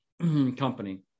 company